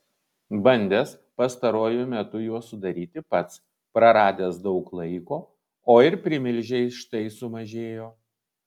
bandęs pastaruoju metu juos sudaryti pats praradęs daug laiko o ir primilžiai štai sumažėjo